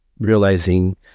realizing